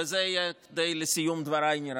ונראה לי שזה יהיה די לסיום דבריי.